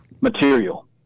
material